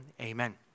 Amen